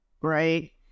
right